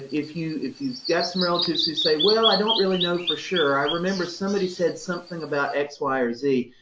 if you, if you've got some relatives who say, well, i don't really know for sure. i remember somebody said something about x y or z.